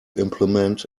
implement